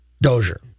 Dozier